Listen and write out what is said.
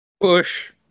Push